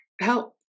help